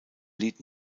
lied